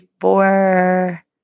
four